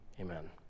Amen